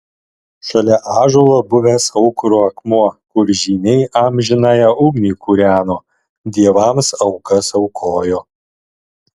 šalia ąžuolo buvęs aukuro akmuo kur žyniai amžinąją ugnį kūreno dievams aukas aukojo